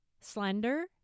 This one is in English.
slender